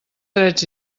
drets